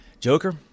joker